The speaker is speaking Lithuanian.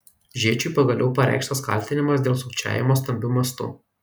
žėčiui pagaliau pareikštas kaltinimas dėl sukčiavimo stambiu mastu